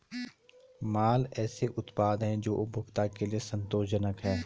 माल ऐसे उत्पाद हैं जो उपभोक्ता के लिए संतोषजनक हैं